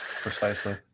precisely